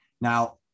Now